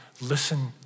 Listen